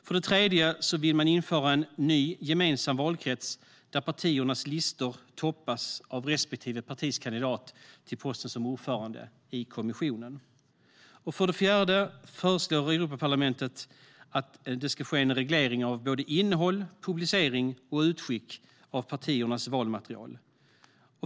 För det tredje vill man införa en ny gemensam valkrets, där partiernas listor toppas av respektive partis kandidat till posten som ordförande i kommissionen. För det fjärde föreslår Europaparlamentet att det ska ske en reglering av innehåll, publicering och utskick av partiernas valmaterial.